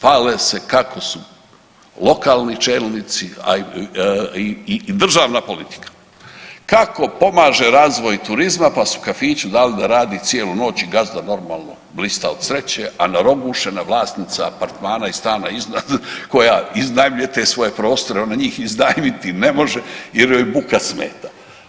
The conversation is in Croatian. Hvale se kako su lokalni čelnici i državna politika, kako pomaže razvoju turizma, pa su kafiću dali da radi cijelu noć i gazda normalno blista od sreće, a narogušena vlasnica apartmana iz stana iznad koja iznajmljuje te svoje prostore, ona njih iznajmiti ne može jer joj buka smeta.